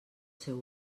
seu